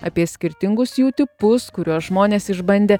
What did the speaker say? apie skirtingus jų tipus kuriuos žmonės išbandė